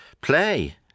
play